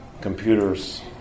computers